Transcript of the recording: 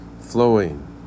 flowing